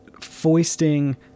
foisting